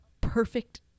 perfect